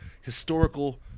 historical